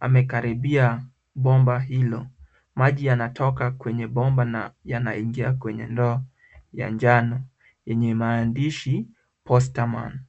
Amekaribia bomba hilo. Maji yanatoka kwenye bomba na yanaingia kwenye ndoo ya njano yenye maandishi postaman .